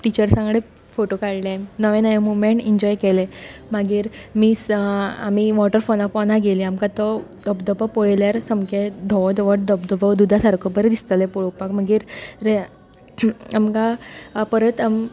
टिचर्सां कडेन फोटे काडले नवे नवे मुवमेंट एन्जॉय केले मागीर मीस आमी वॉटर फॉला पोंदा गेलीं आमकां तो धबधबो पळयल्यार सामकें धवो धवो धबधबो दुदा सारको बरें दिसतालें पळोपाक मागीर आमकां परत